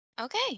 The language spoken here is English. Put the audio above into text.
Okay